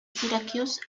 syracuse